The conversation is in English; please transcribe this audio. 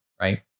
right